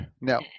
No